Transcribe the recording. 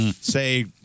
Say